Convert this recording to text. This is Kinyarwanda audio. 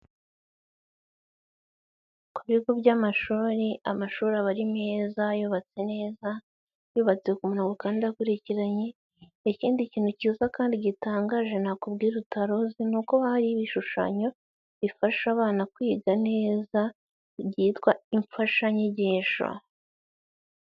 Ku bigo by'amashuri, amashuri aba ari meza, yubatse neza, yubatse ku murungo kandi akurikiranye. Ikindi kintu cyiza kandi gitangaje nakubwira utari uzi, nuko hari ibishushanyo bifasha abana kwiga neza byitwa imfashanyigisho.